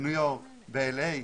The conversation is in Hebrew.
בניו יורק, בלוס אנג'לס.